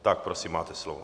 Tak, prosím, máte slovo.